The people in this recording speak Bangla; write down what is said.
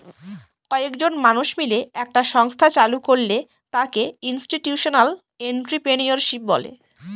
কয়েকজন মানুষ মিলে একটা সংস্থা চালু করলে তাকে ইনস্টিটিউশনাল এন্ট্রিপ্রেনিউরশিপ বলে